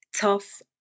tough